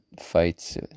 fights